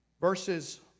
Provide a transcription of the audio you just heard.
verses